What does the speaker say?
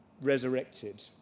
resurrected